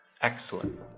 excellent